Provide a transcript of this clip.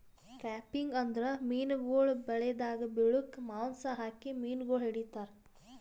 trapping ಅಂದುರ್ ಮೀನುಗೊಳ್ ಬಲೆದಾಗ್ ಬಿಳುಕ್ ಮಾಂಸ ಹಾಕಿ ಮೀನುಗೊಳ್ ಹಿಡಿತಾರ್